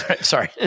Sorry